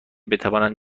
بتوانند